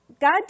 God